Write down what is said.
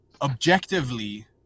Objectively